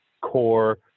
core